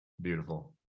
beautiful